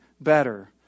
better